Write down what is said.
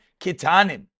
Kitanim